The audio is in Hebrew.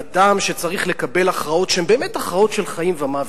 אדם שצריך לקבל הכרעות שהן באמת הכרעות של חיים ומוות.